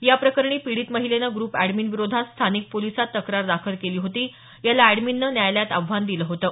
याप्रकरणी पिडीत महिलेने ग्रूप एडमिन विरोधात स्थानिक पोलिसात तक्रार दाखल केली होती याला एडमिनने न्यायालयात आव्हान दिलं होतं